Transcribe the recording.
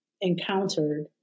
encountered